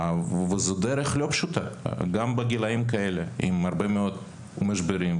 זו דרך לא פשוטה גם בגילאים כאלה עם הרבה מאוד משברים,